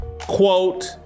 quote